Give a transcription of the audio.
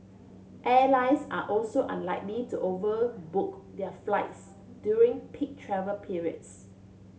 airlines are also unlikely to overbook their flights during peak travel periods